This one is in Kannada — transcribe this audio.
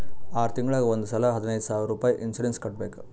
ಆರ್ ತಿಂಗುಳಿಗ್ ಒಂದ್ ಸಲಾ ಹದಿನೈದ್ ಸಾವಿರ್ ರುಪಾಯಿ ಇನ್ಸೂರೆನ್ಸ್ ಕಟ್ಬೇಕ್